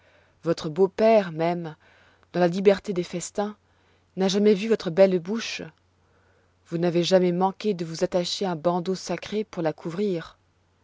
votre beau-père même dans la liberté des festins n'a jamais vu votre belle bouche vous n'avez jamais manqué de vous attacher un bandeau sacré pour la couvrir